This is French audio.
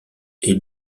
est